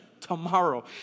tomorrow